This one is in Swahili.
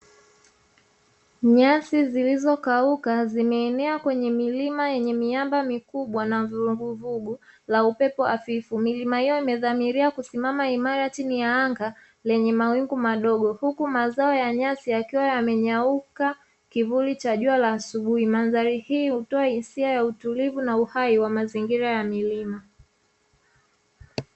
Nyasi zilizokauka zimeenea kwenye milima yenye miamba mikubwa na uvugu uvugu la upepo hafifu. Milima hiyo imedhamiria kusimama chini ya anga lenye mawingi madogo huku mazao ya nyasi yakiwa yamenyauka: kivuli cha jua la asubuhi. Mandhari hii hutoa hisia ya utulivu na uhai na mazingira ya milima.